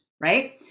right